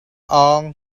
awng